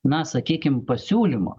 na sakykim pasiūlymo